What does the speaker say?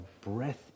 breath